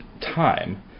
time